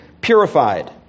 purified